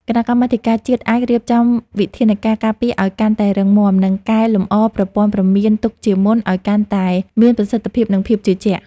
គណៈកម្មាធិការជាតិអាចរៀបចំវិធានការការពារឱ្យកាន់តែរឹងមាំ និងកែលម្អប្រព័ន្ធព្រមានទុកជាមុនឱ្យកាន់តែមានប្រសិទ្ធភាព និងភាពជឿជាក់។